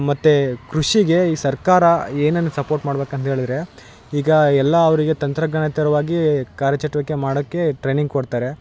ಮತ್ತು ಕೃಷಿಗೆ ಈ ಸರ್ಕಾರ ಏನನ್ನ ಸಪೋರ್ಟ್ ಮಾಡ್ಬೇಕಂದು ಹೇಳಿದರೆ ಈಗ ಎಲ್ಲ ಅವರಿಗೆ ತಂತ್ರಜ್ಞಾನೇತರವಾಗಿ ಕಾರ್ಯ ಚಟ್ವಿಕೆ ಮಾಡಕೆ ಟ್ರೇನಿಂಗ್ ಕೊಡ್ತಾರೆ